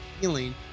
feeling